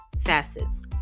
facets